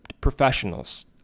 professionals